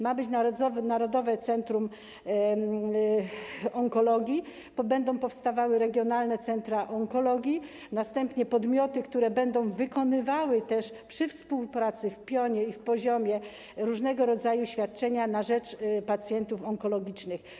Ma powstać narodowe centrum onkologii oraz regionalne centra onkologii - kolejne podmioty, które będą wykonywały - przy współpracy w pionie i w poziomie - różnego rodzaju świadczenia na rzecz pacjentów onkologicznych.